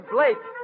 Blake